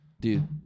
dude